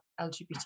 LGBT